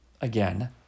Again